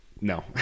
No